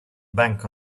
bank